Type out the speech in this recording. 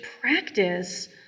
practice